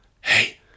Hey